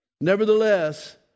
nevertheless